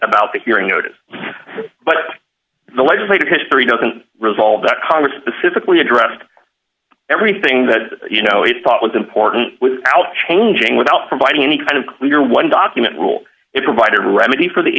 about the hearing noted but the legislative history doesn't resolve that congress specifically addressed everything that you know he thought was important without changing without providing any kind of clear one document rule if provide a remedy for the